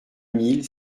mille